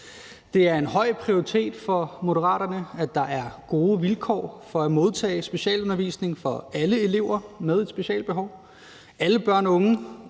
Det er en høj prioritet for Moderaterne, at der er gode vilkår for at modtage specialundervisning for alle elever med et specialbehov. Alle børn eller unge